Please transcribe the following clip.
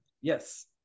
Yes